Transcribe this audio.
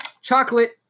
chocolate